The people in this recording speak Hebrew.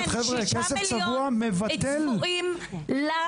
כן, שישה מיליון צבועים לחוק הזה.